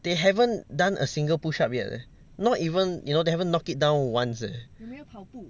they haven't done a single push up yet leh not even you know they haven't knock it down once leh